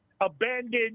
abandoned